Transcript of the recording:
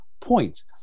point